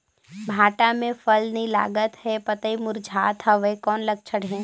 भांटा मे फल नी लागत हे पतई मुरझात हवय कौन लक्षण हे?